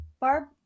Barb